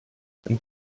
and